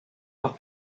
par